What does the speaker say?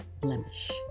blemish